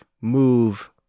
move